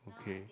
okay